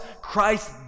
Christ